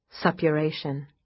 suppuration